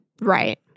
right